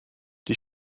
die